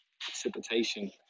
precipitation